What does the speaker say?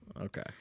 Okay